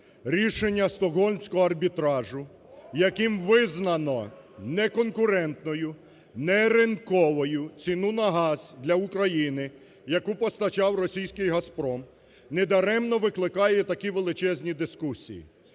Рішення Стокгольмського арбітражу, яким визнано неконкурентною, неринковою ціну на газ для України, яку постачав російський "Газпром", недаремно викликає такі величезні дискусії.